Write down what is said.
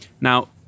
Now